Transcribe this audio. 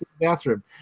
bathroom